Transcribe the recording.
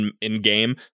in-game